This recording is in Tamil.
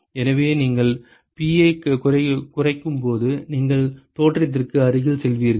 எனவே நீங்கள் P ஐக் குறைக்கும்போது நீங்கள் தோற்றத்திற்கு அருகில் செல்வீர்கள்